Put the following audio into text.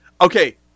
okay